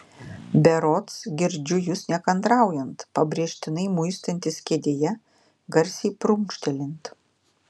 berods girdžiu jus nekantraujant pabrėžtinai muistantis kėdėje garsiai prunkštelint